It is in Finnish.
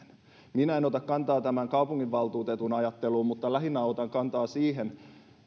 minä en ota kantaa tämän kaupunginvaltuutetun ajatteluun mutta lähinnä otan kantaa siihen